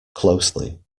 closely